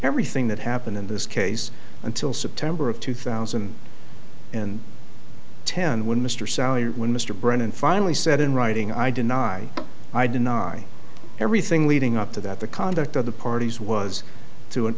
everything that happened in this case until september of two thousand and ten when mr salley when mr brennan finally said in writing i deny i deny everything leading up to that the conduct of the parties was to